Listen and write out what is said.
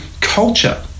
culture